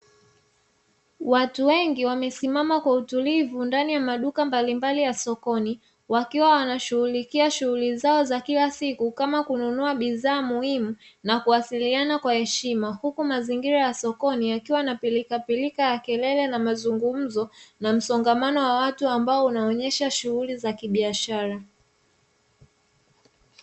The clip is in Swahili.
Watu wengi wamesimama kwa utulivu ndani ya maduka mbalimbali ya sokoni, wakiwa wanashughulikia shughuli zao za kila siku kama kununua bidhaa muhimu na kuwasiliana kwa heshima, huku mazingira ya sokoni yakiwa na pilikapilika ya kelele na mazungumzo na msongamano wa watu ambao unaonesha shughuli za kibiashara.